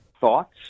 thoughts